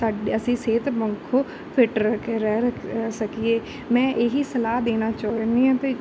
ਸਾਡ ਅਸੀਂ ਸਿਹਤ ਪੱਖੋਂ ਫਿਟ ਰਹਿ ਸਕੀਏ ਮੈਂ ਇਹੀ ਸਲਾਹ ਦੇਣਾ ਚਾਹੁੰਦੀ ਹਾਂ ਵੀ